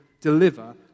deliver